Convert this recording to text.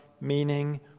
meaning